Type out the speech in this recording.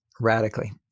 radically